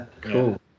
Cool